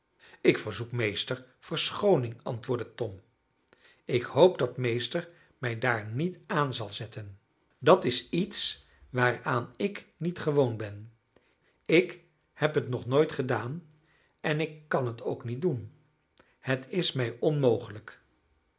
ik verzoek meester verschooning antwoordde tom ik hoop dat meester mij daar niet aan zal zetten dat is iets waaraan ik niet gewoon ben ik heb het nog nooit gedaan en ik kan het ook niet doen het is mij onmogelijk